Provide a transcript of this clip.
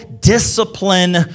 discipline